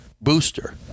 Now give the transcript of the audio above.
booster